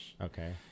Okay